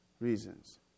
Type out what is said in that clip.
reasons